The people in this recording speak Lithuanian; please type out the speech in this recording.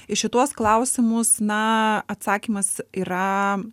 į šituos klausimus na atsakymas yra